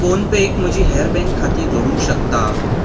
फोनपेक म्हजीं हेर बँक खातीं जोडूंक शकता